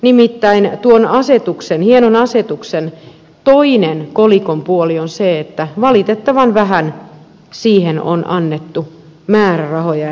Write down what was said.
nimittäin tuon hienon asetuksen toinen kolikonpuoli on se että valitettavan vähän siihen on annettu määrärahoja ja resursseja